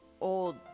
old